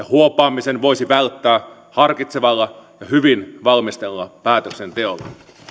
huopaamisen voisi välttää harkitsevalla ja hyvin valmistellulla päätöksenteolla